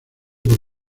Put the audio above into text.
por